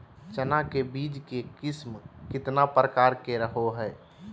चना के बीज के किस्म कितना प्रकार के रहो हय?